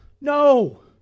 No